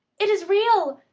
it is real,